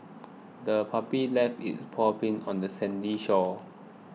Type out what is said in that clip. the puppy left its paw prints on the sandy shore